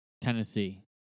Tennessee